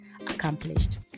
accomplished